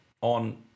on